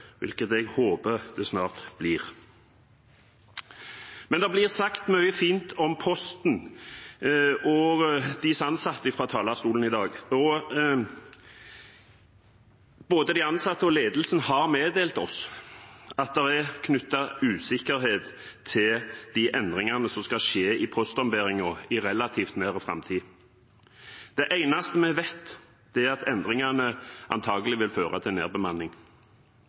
hvilket jeg håper det snart blir. Men det blir sagt mye fint om Posten og deres ansatte fra talerstolen i dag. Både de ansatte og ledelsen har meddelt oss at det er knyttet usikkerhet til endringene som skal skje i postombæringen i relativt nær framtid. Det eneste vi vet, er at endringene antagelig vil føre til nedbemanning.